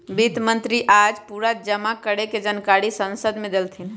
वित्त मंत्री आज पूरा जमा कर के जानकारी संसद मे देलथिन